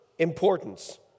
importance